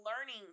learning